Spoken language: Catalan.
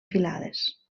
filades